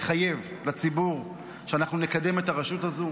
התחייב לציבור שאנחנו נקדם את הרשות הזאת.